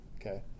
okay